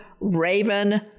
raven